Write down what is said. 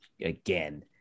again